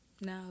no